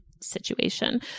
Situation